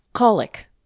Colic